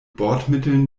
bordmitteln